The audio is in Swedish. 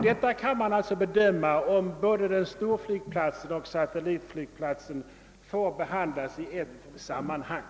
Detta kan man alltså bedöma, om både frågan om storflygplatsen och satellitflygplatsen får behandlas i ett sammanhang.